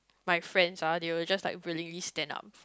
my friends ah they will just like willingly stand up